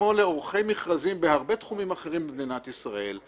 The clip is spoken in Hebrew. כמו לעורכי מכרזים בהרבה תחומים אחרים במדינת ישראל,